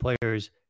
players